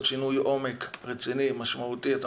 שינוי עומק רציני ומשמעותי באגף השיקום,